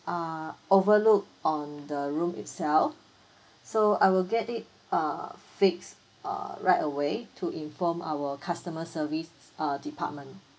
err overlook on the room itself so I will get it uh fix uh right away to inform our customer service uh department